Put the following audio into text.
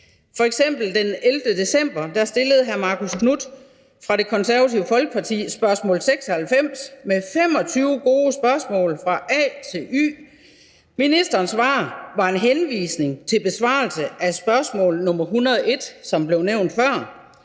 den her sag. F.eks. stillede hr. Marcus Knuth fra Det Konservative Folkeparti den 11. december spørgsmål 96 med 25 gode spørgsmål fra a til y. Ministerens svar var en henvisning til besvarelse af spørgsmål 101, som blev nævnt før.